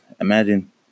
Imagine